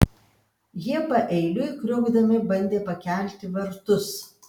jie paeiliui kriokdami bandė pakelti vartus